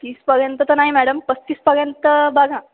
तीसपर्यंत तर नाही मॅडम पस्तीसपर्यंत बघा